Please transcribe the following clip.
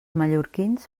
mallorquins